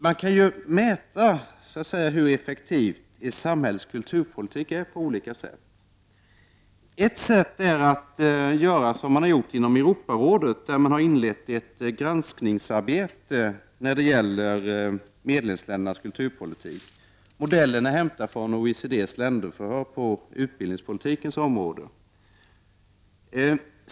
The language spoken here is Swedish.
Man kan på olika sätt mäta hur effektiv samhällets kulturpolitik är. Ett sätt är att göra som man gjort inom Europarådet, där man har inlett ett granskningsarbete när det gäller medlemsländernas kulturpolitik. Modellen är hämtad från OECD:s länderförhör på utbildningspolitikens område.